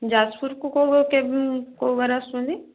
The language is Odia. ଯାଜପୁରକୁ କେଉଁ ବାରେ ଆସୁଛନ୍ତି